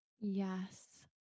Yes